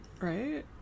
right